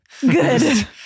Good